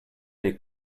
les